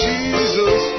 Jesus